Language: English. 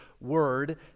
word